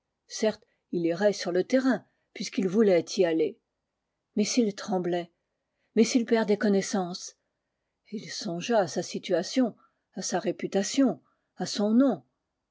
certes il irait sur le terrain puisqu'il voulait y aller mais s'il tremblait mais s'il perdait connaissance et il songea à sa situation à sa réputation à son nom